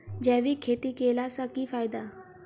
जैविक खेती केला सऽ की फायदा?